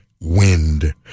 Wind